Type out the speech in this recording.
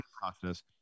process